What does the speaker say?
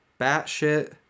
Batshit